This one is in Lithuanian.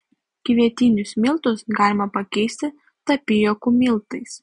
kvietinius miltus galima pakeisti tapijokų miltais